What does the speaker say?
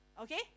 Okay